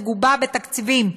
מגובה בתקציבים,